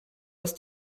ist